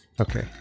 okay